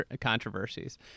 controversies